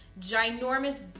ginormous